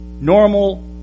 normal